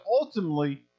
ultimately